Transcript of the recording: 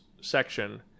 section